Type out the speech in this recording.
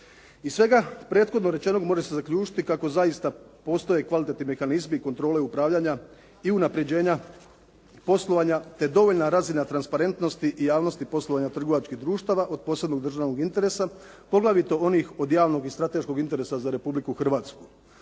Iz svega prethodno rečenog može se zaključiti kako zaista postoje kvalitetni mehanizmi i kontrole upravljanja i unapređenja poslovanja te dovoljna razina transparentnosti i javnosti poslovanja trgovačkih društava od posebnog državnog interesa, poglavito onih od javnog strateškog interesa za Republiku Hrvatsku.